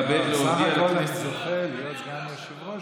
בסך הכול אני זוכה להיות סגן יושב-ראש